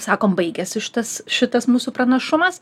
sakom baigėsi šitas šitas mūsų pranašumas